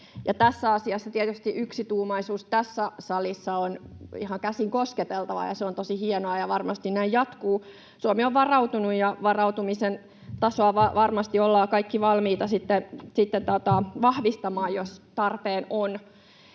Tässä asiassa tietysti yksituumaisuus tässä salissa on ihan käsin kosketeltavaa, ja se on tosi hienoa, ja varmasti näin jatkuu. Suomi on varautunut, ja varautumisen tasoa olemme varmasti kaikki valmiita sitten vahvistamaan, jos tarpeen on.